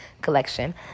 collection